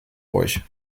euch